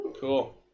cool